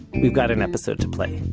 we've got an episode to play,